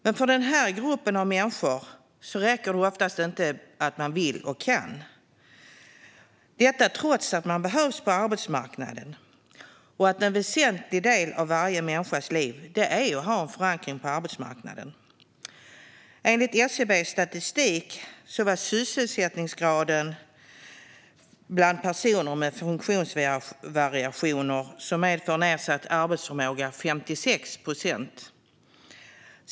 Men för den här gruppen av människor räcker det ofta inte att man vill och kan, detta trots att man behövs på arbetsmarknaden och att en väsentlig del av varje människas liv är att ha en förankring på arbetsmarknaden. Enligt SCB:s statistik är sysselsättningsgraden bland personer med funktionsvariationer som medför nedsatt arbetsförmåga 56 procent.